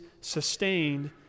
sustained